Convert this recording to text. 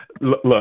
look